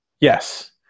Yes